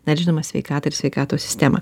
na ir žinoma sveikatą ir sveikatos sistemą